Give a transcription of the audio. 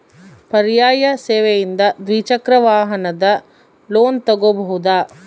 ಪರ್ಯಾಯ ಸೇವೆಯಿಂದ ದ್ವಿಚಕ್ರ ವಾಹನದ ಲೋನ್ ತಗೋಬಹುದಾ?